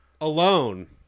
Alone